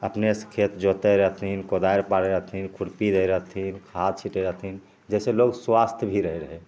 अपने सऽ खेत जोतै रहथिन कोदारि पाड़ैत रहथिन खुरपी रहथिन खाद छिटैत रहथिन जाहि से लोग स्वास्थ भी रहै रहै